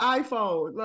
iPhone